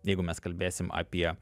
jeigu mes kalbėsim apie